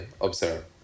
observe